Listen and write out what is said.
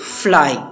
fly